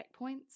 checkpoints